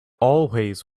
always